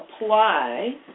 apply